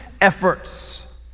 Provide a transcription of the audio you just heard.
efforts